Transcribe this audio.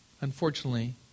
unfortunately